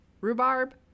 rhubarb